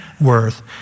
worth